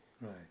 Right